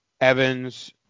Evans